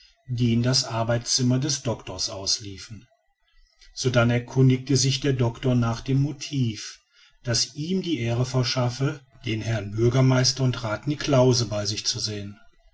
die in das arbeitszimmer des doctors ausliefen sodann erkundigte sich der doctor nach dem motiv das ihm die ehre verschaffe den herrn bürgermeister und rath niklausse bei sich zu sehen